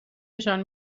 نشان